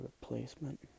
replacement